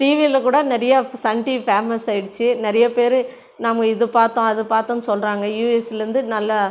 டிவியிலக்கூட நிறையா இப்போ Sun TV famous ஆயிடிச்சு நிறையா பேர் நம்ம இது பார்த்தோம் அது பார்த்தோன்னு சொல்கிறாங்க யூஎஸ்லேருந்து நல்லா